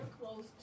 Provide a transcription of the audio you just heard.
close